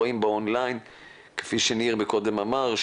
רואים באון ליין כפי שניר קודם אמר,